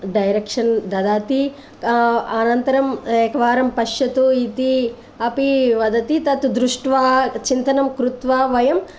direction ददाति अनन्तरम् एक वारं पश्यतु इति अपि वदति तत् दृष्टवा चिन्तनं कृत्वा वयम्